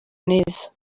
neza